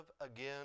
again